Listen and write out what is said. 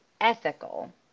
ethical